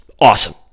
awesome